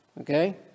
okay